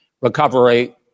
recovery